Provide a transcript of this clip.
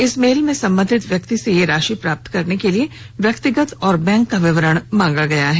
इस मेल में संबंधित व्यक्ति से यह राशि प्राप्त करने के लिए व्यक्तिगत और बैंक का विवरण मांगा गया है